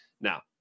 now